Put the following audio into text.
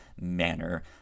manner